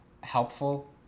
helpful